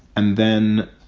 and then